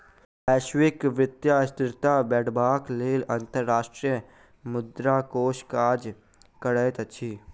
वैश्विक वित्तीय स्थिरता बढ़ेबाक लेल अंतर्राष्ट्रीय मुद्रा कोष काज करैत अछि